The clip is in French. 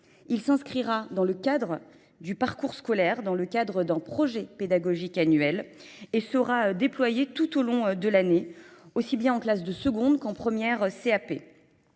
Il s'inscrira dans le cadre du parcours scolaire, dans le cadre d'un projet pédagogique annuel et sera déployé tout au long de l'année, aussi bien en classe de seconde qu'en première CAP.